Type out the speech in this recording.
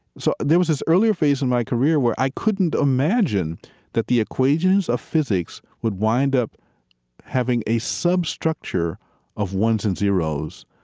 so there was this earlier phase in my career where i couldn't imagine that the equations of physics would wind up having a substructure of ones and zeros,